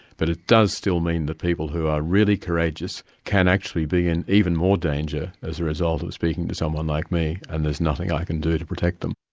but it does still mean that people who are really courageous can actually be in even more danger as a result of speaking to someone like me, and there's nothing i can do to protect them.